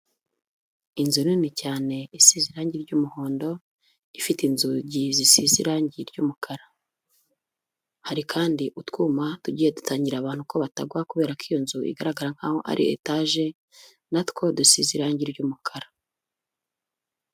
Inzu nini cyane, isize irangi ry'umuhondo, ifite inzugi zisize irangi ry'umukara, hari kandi utwuma tugiye dutangira abantu ko batagwa, kubera ko iyo nzu igaragara nkaho ari etaje, natwo dusize irangi ry'umukara.